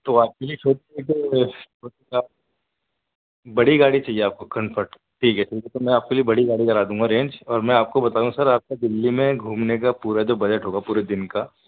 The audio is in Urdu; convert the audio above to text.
تو آپ کے لیے چھوٹی بڑی گاڑی چاہیے آپ کو کنفرٹ ٹھیک ہے ٹھیک ہے تو میں آپ کے لیے بڑی گاڑی کرا دوں گا ارینج اور میں آپ کو بتا دوں سر آپ کا دلی میں گھومنے کا پورا جو بجٹ ہوگا پورے دن کا